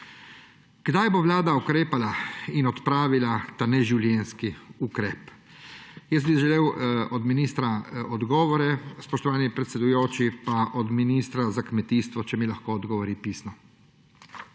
Kdaj bo Vlada ukrepala in odpravila ta neživljenjski ukrep? Od ministra bi želel odgovore, spoštovani predsedujoči. Minister za kmetijstvo pa če mi lahko odgovori pisno.